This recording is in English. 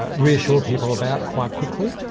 ah reassure people about quite quickly,